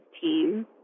team